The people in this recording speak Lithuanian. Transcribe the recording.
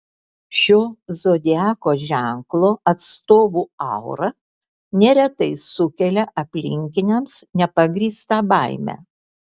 šio zodiako ženklo atstovų aura neretai sukelia aplinkiniams nepagrįstą baimę